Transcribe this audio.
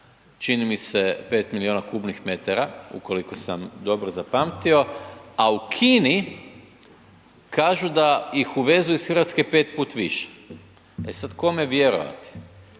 čini mi se 5 milijuna m3, ukoliko sam dobro zapamtio a u Kini kažu da ih uvezu iz Hrvatske 5 put više. E sad kome vjerovati.